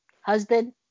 husband